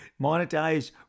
monetize